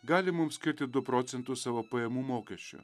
gali mums skirti du procentus savo pajamų mokesčio